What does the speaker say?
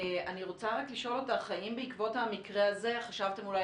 אני רוצה רק לשאול אותך האם בעקבות המקרה הזה חשבתם אולי